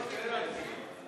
לא ויתרתי.